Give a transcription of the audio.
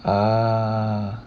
ah